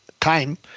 time